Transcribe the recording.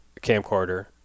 camcorder